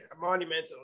monumental